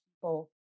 people